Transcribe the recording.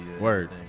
Word